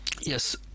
Yes